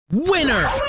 Winner